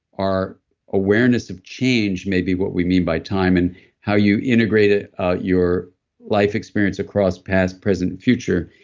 our awareness of change may be what we mean by time, and how you integrate ah ah your life experience across past, present, future,